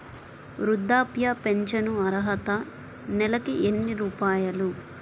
వృద్ధాప్య ఫింఛను అర్హత నెలకి ఎన్ని రూపాయలు?